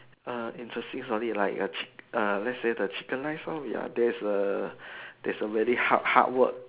err interesting story like err let's say the chicken rice lor there's a there's a very hard hard word